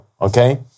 okay